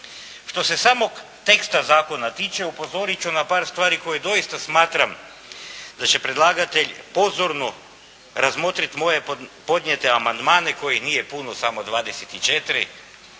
Što se samog teksta zakona tiče, upozorit ću na par stvari koje doista smatram da će predlagatelj pozorno razmotrit moje podnijete amandmane kojih nije puno, samo 24,